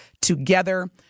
together